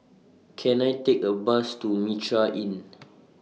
Can I Take A Bus to Mitraa Inn